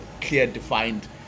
clear-defined